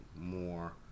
more